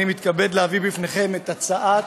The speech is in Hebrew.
אני מתכבד להביא בפניכם את הצעת